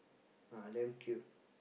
ah damn cute